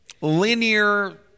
linear